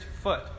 foot